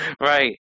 Right